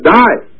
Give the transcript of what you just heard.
die